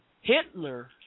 Hitler